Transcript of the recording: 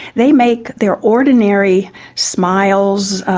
they make their ordinary smiles,